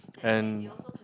and